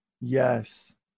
yes